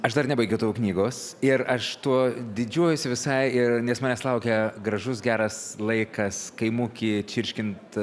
aš dar nebaigiau tavo knygos ir aš tuo didžiuojuosi visai ir nes manęs laukia gražus geras laikas kaimuki čirškint